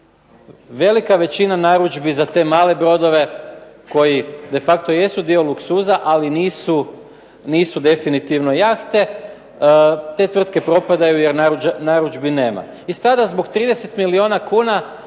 Velika većina narudžbi za te male brodove koji de facto jesu dio luksuza, ali nisu definitivno jahte. Te tvrtke propadaju jer narudžbi nema. I sada zbog 30 milijuna kuna